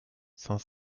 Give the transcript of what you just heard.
cinq